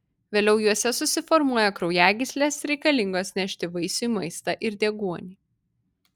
vėliau juose susiformuoja kraujagyslės reikalingos nešti vaisiui maistą ir deguonį